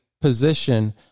position